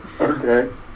Okay